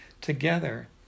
together